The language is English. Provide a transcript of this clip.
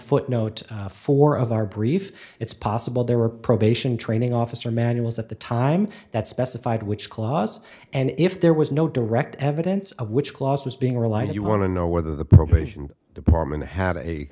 footnote four of our brief it's possible there were probation training officer manuals at the time that specified which clause and if there was no direct evidence of which clause was being relied you want to know whether the probation department have a